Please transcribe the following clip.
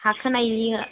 हाखोनाय